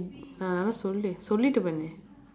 சொல்லிட்டு பண்ணு:sollu sollitdu pannu